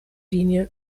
linie